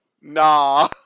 nah